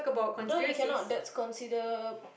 no you cannot that's consider